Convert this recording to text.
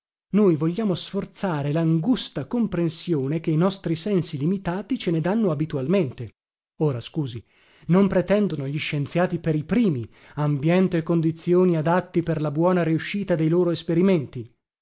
noi vogliamo sforzare langusta comprensione che i nostri sensi limitati ce ne dànno abitualmente ora scusi non pretendono gli scienziati per i primi ambiente e condizioni adatti per la buona riuscita dei loro esperimenti